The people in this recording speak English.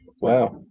Wow